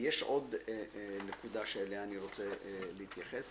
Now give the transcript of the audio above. יש עוד נקודה שאליה אני רוצה להתייחס,